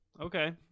Okay